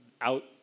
out